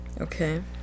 Okay